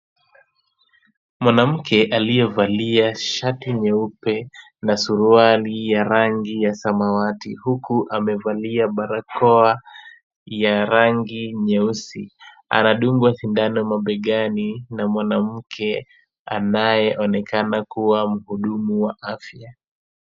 Mwanamke aliyevalia shati nyeupe na suruali ya rangi ya samawati huku amevalia barakoa ya rangi nyeusi, anadungwa sindano mabegani na mwanamke anayeonekana kuwa mhudumu wa afya.